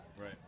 Right